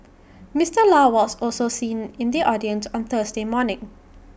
Mister law was also seen in the audience on Thursday morning